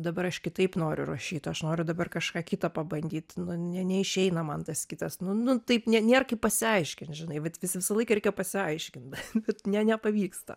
dabar aš kitaip noriu rašyt aš noriu dabar kažką kita pabandyt nu ne neišeina man tas kitas nu nu taip ne nėr kaip pasiaiškint žinai vat vis visą laiką reikia pasiaiškint bet ne nepavyksta